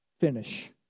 finish